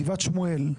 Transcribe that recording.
גבעת שמואל,